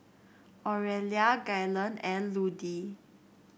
Orelia Gaylon and Ludie